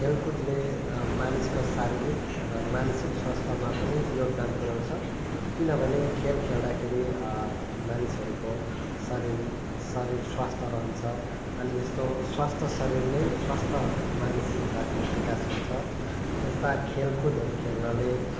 खेलकुदले मानिसको शारीरिक र मानसिक स्वास्थ्यमा पनि योगदान पुऱ्याउँछ किनभने खेल खेल्दाखेरि मानिसहरूको शरीर शरीर स्वास्थ्य रहन्छ अनि यस्तो स्वास्थ्य शरीरमै स्वास्थ्य मानसिकताको विकास हुन्छ यस्ता खेलकुदहरू खेल्नाले